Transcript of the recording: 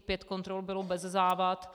Pět kontrol bylo bez závad.